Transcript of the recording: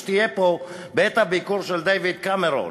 שתהיה פה בעת הביקור של דייוויד קמרון,